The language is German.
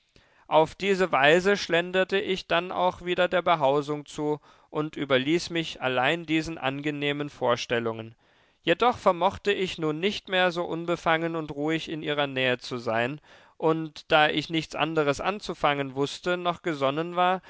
auf diese weise schlenderte ich denn auch wieder der behausung zu und überließ mich allein diesen angenehmen vorstellungen jedoch vermochte ich nun nicht mehr so unbefangen und ruhig in ihrer nähe zu sein und da ich nichts anderes anzufangen wußte noch gesonnen war